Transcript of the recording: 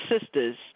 sisters